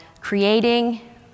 creating